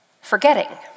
forgetting